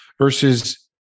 versus